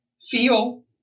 feel